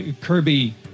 Kirby